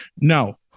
No